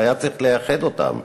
והיה צריך לייחד אותם.